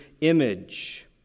image